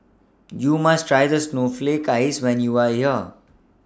YOU must Try The Snowflake Ice when YOU Are here